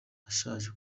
ashaje